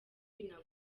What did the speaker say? binogeye